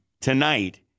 tonight